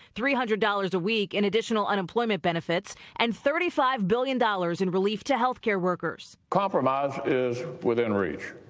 three hundred dollars a week in additional unemployment benefits and thirty five billion dollars in relief to health care workers. compromise is within reach.